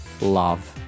love